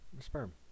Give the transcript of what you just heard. sperm